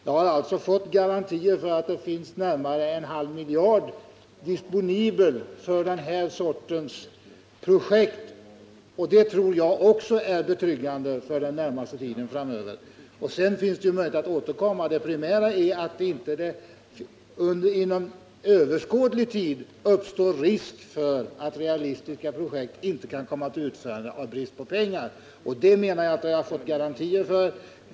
Jag har fått garantier för att det finns närmare en halv miljard kronor disponibla för bl.a. den här sortens projekt. Jag tror att det är betryggande för den närmaste tiden framöver. Sedan finns det möjlighet att återkomma. Det primära är alltså att det inte inom överskådlig tid uppstår risk för att realistiska projekt inte kan genomföras på grund av brist på pengar, men det menar jag att jag fått garantier för.